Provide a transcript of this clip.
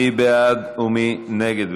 מי בעד ומי נגד?